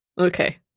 Okay